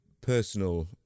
personal